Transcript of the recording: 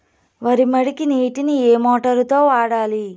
వరి మడికి నీటిని ఏ మోటారు తో వాడాలి?